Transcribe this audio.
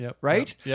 right